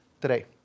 today